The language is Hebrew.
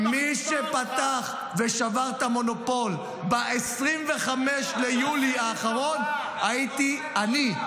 -- מי שפתח ושבר את המונופול ב-25 ביולי האחרון הייתי אני,